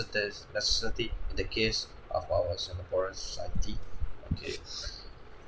there's necessity in the case of our singaporean society okay